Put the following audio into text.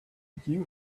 you